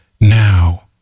now